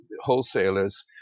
wholesalers